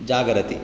जागर्ति